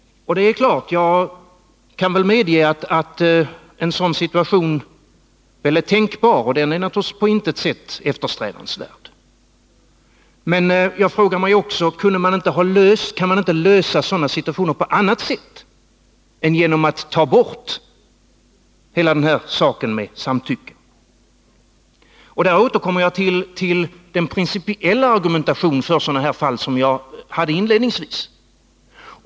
Jag kan medge att en sådan situation är tänkbar, och den är naturligtvis på intet sätt eftersträvansvärd, men jag vill också ställa frågan: Kan man inte lösa sådana situationer på annat sätt än genom att ta bort kravet på samtycke? Där återkommer jag till den principiella argumentation för sådana här fall som jag anförde inledningsvis.